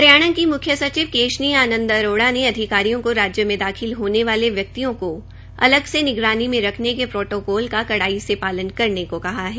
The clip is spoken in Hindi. हरियाणा की मुख्यसचिव केशनी आनंद अरोड़ा ने अधिकारियों को राज्य में दाखिल होने वाले व्यक्तियों का अलग निगरानी में रखने के प्रोटोकॉल का कड़ाई से पालन करने को कहा है